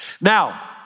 Now